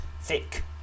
Thick